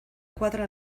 cuadra